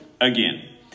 again